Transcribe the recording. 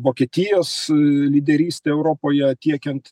vokietijos lyderystė europoje tiekiant